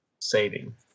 saving